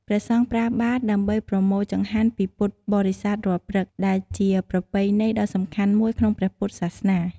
ព្រះសង្ឃប្រើបាតដើម្បីប្រមូលចង្ហាន់ពីពុទ្ធបរិស័ទរាល់ព្រឹក ដែលជាប្រពៃណីដ៏សំខាន់មួយក្នុងព្រះពុទ្ធសាសនា។